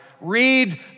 Read